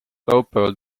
laupäeval